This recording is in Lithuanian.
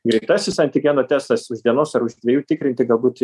greitasis antigeno testas už dienos ar už dviejų tikrinti galbūt